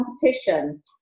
competition